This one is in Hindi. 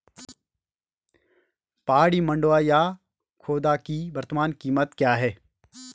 पहाड़ी मंडुवा या खोदा की वर्तमान कीमत क्या है?